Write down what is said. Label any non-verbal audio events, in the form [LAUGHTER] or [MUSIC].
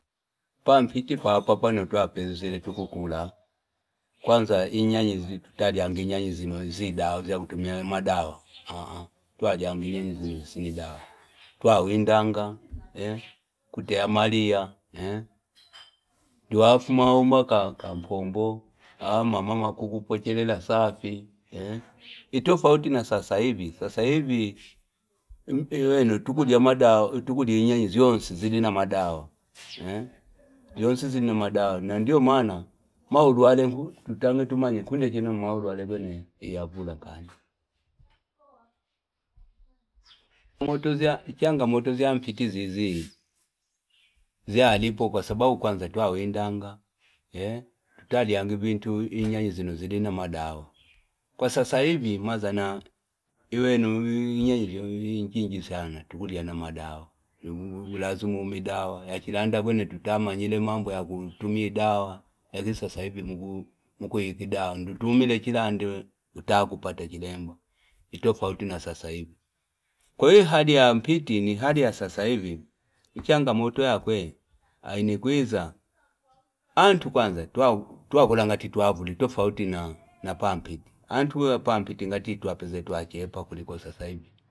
Pampita papa pano twapelanga tukukula kwanza inyenyi zitu tutaliani nyani nyinonzi dawa twakutumia yo madawa [HESITATION] dawa twawindanga eh, tukutema malia eh, nguwafuma wumaka mkombo [HESITATION] amama kupupochelela safi eh nititofauti na sasa. sasa hivi iweno tukulya mada tukulia inyanyi zyonsi zili na madawaeh, [HESITATION] zyonsi zili na madawa na ndiomana maulwate tutangetumanye kundeachino maulwalwe iyavula nkani, [NOISE] kutuzia changamoto zyampiti zi- zili zyalipo kwasababu kwanza twawindanga eh tutalyanga vintu inyanyi zinozili na madawa kwa sasa hivi umazana iwenuu inyanyi zingi sana tukulya na madawa ilazima uume dawa yachilanda kwene tutamanyile mambo ya kutumia dawa lakini sasahivi mgumu tukwika dawa ndo tungile chilande utakupata chelema itofauti na sasa hiv kwahiyo hali ya mpiti ni hali ya sasa hiv ichangamoto yakwe ino ikwiza antu kwanza ewakola ngati twavula tofauti na pampiti antu pampiti twapezile twachepa ngati sasahiv